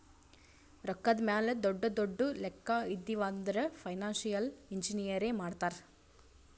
ರೊಕ್ಕಾದ್ ಮ್ಯಾಲ ದೊಡ್ಡು ದೊಡ್ಡು ಲೆಕ್ಕಾ ಇದ್ದಿವ್ ಅಂದುರ್ ಫೈನಾನ್ಸಿಯಲ್ ಇಂಜಿನಿಯರೇ ಮಾಡ್ತಾರ್